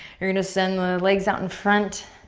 you're gonna send the legs out in front,